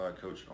Coach